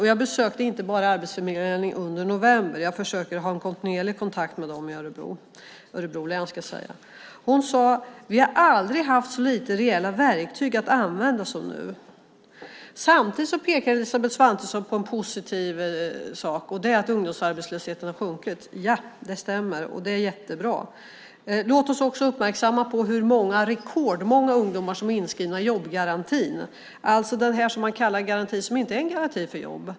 Jag har besökt Arbetsförmedlingen inte bara i november; jag försöker ha kontinuerlig kontakt med dem i Örebro län. Hon sade: Vi har aldrig haft så få reella verktyg att använda som nu. Samtidigt pekar Elisabeth Svantesson på en positiv sak, nämligen att ungdomsarbetslösheten har sjunkit. Det stämmer, och det är jättebra. Låt oss också uppmärksamma hur rekordmånga ungdomar som är inskrivna i jobbgarantin - alltså detta som kallas garanti men som inte är en garanti för jobb.